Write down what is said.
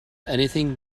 anything